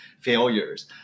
failures